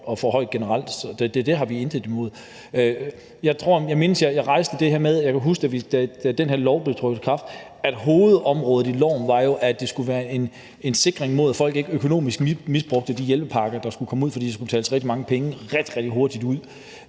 og forhøjet generelt. Det har vi intet imod. Jeg kan huske, da den her lov trådte i kraft – jeg mindes, at jeg rejste det – at hovedområdet i loven var, at det skulle være en sikring mod, at folk ikke økonomisk misbrugte de hjælpepakker, der ville komme ud, fordi der skulle udbetales rigtig mange penge rigtig, rigtig